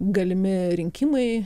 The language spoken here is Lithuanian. galimi rinkimai